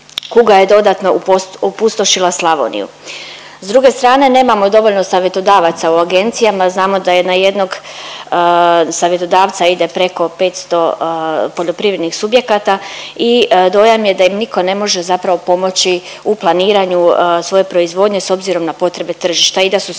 kuga je dodatno opustošila Slavoniju. S druge strane nemamo dovoljno savjetodavaca u agencijama, znamo da je na jednog savjetodavca ide preko 500 poljoprivrednih subjekata i dojam je da im niko ne može zapravo pomoći u planiranju svoje proizvodnje s obzirom na potrebe tržišta i da su sami, da